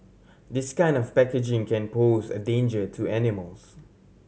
this kind of packaging can pose a danger to animals